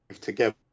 together